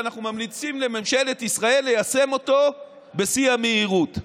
ואנחנו ממליצים לממשלת ישראל ליישם אותו בשיא המהירות.